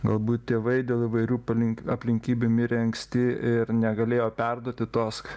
galbūt tėvai dėl įvairių palink aplinkybių mirė anksti ir negalėjo perduoti tos